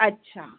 ਅੱਛਾ